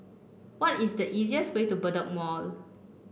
what is the easiest way to Bedok Mall